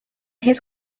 his